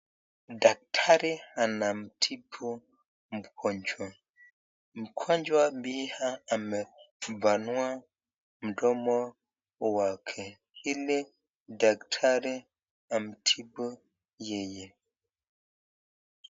Daktari anamtibu mgonjwa. Mgonjwa pia amepanua mdomo wake ili daktari amtibu yeye.